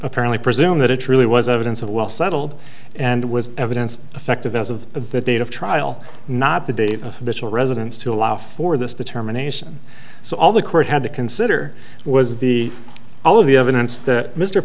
apparently presume that it really was evidence of well settled and was evidence effect of as of the date of trial not the date of mitchell residence to allow for this determination so all the court had to consider was the all of the evidence that mr